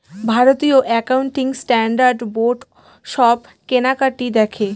ভারতীয় accounting standard board সব কেনাকাটি দেখে